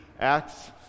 Acts